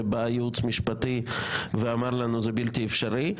ובא הייעוץ המשפטי ואמר לנו: זה בלתי אפשרי.